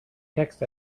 text